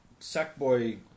Sackboy